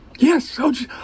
Yes